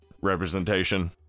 representation